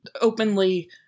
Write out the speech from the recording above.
openly